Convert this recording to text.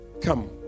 come